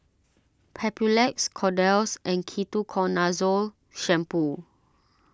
Papulex Kordel's and Ketoconazole Shampoo